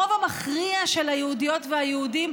הרוב המכריע של היהודיות והיהודים,